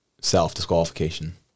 self-disqualification